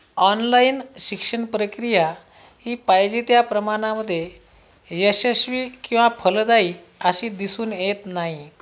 online शिक्षणप्रक्रिया ही पाहिजे त्या प्रमाणामध्ये यशस्वी किंवा फलदायी अशी दिसून येत नाही